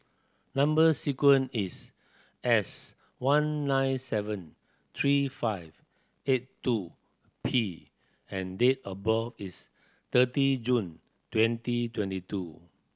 number sequence is S one nine seven three five eight two P and date of birth is thirty June twenty twenty two